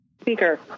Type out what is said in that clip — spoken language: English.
Speaker